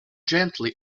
gently